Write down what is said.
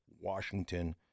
Washington